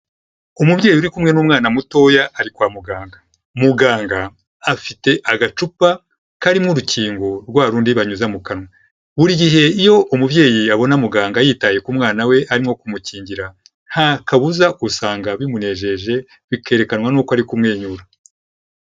Umubyeyi uri kumwe n'umwana mutoya ari kwa muganga. Muganga afite agacupa karimo urukingo rwa rundi banyuza mu kanwa. Buri gihe iyo umubyeyi abona muganga yitaye ku mwana we arimo kumukingira, nta kabuza usanga bimunejeje, bikerekanwa nuko'uko ari kumwenyura.